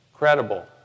credible